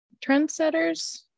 trendsetters